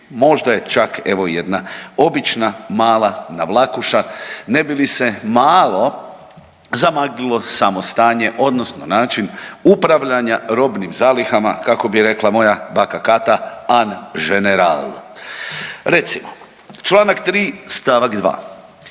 Možda je čak evo jedna obična mala navlakuša ne bi li se malo zamaglilo samo stanje, odnosno način upravljanja robnim zalihama kako bi rekla moja baka Kata „an ženeral“. Recimo članak 3. stavak 2.: